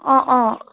অঁ অঁ